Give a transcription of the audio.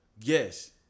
Yes